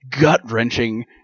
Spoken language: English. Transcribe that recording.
gut-wrenching